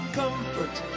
comfort